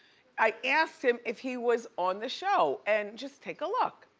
i asked him if he was on the show, and just take a look.